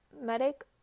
medic